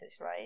right